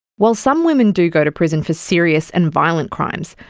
while some women do go to prison for serious and violent crimes,